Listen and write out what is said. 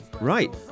Right